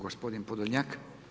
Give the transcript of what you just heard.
Gospodin Podolnjak.